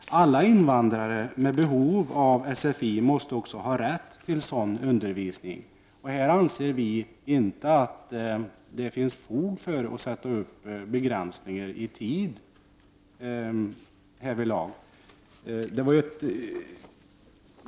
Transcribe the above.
Alla invandrare med behov av sfi-undervisning måste också ha rätt till sådan undervisning. Vi anser inte att det finns fog för att sätta upp begränsningar i tiden härvidlag.